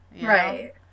right